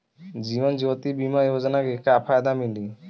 जीवन ज्योति बीमा योजना के का फायदा मिली?